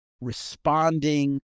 responding